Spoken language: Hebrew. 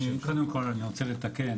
קודם כל אני רוצה לתקן.